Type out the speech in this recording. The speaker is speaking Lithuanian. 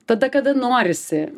tada kada norisi